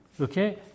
okay